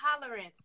tolerance